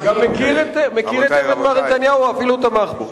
הוא גם מכיר את נתניהו ואפילו תמך בו.